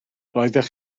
roeddech